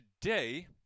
Today